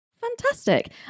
Fantastic